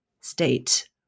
state